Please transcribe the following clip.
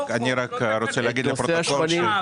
לא חוק, לא תקנות, לא צו.